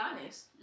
honest